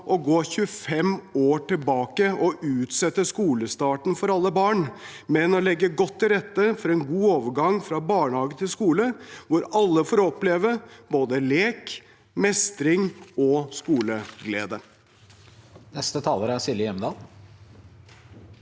å gå 25 år tilbake og utsette skolestarten for alle barn, men å legge godt til rette for en god overgang fra barnehage til skole, hvor alle får oppleve både lek, mestring og skoleglede. Silje Hjemdal